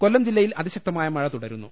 കൊല്ലം ജില്ലയിൽ അതിശക്തമായ മഴ തുടരുന്നു